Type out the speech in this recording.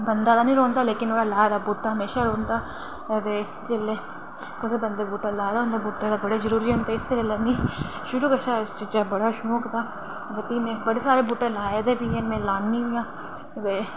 बंदा निं रौहंदा पर नुहाड़े लाए दा बूह्टा हमेशा रौहंदा ते कुसै जेल्लै बूह्टा लाए दा होंदा ते बूह्टे बड़े जरूरी होंदे ते शुरू थमां बड़ा शौक हा ते में बूह्टे लान्नी होन्नी आं